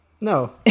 No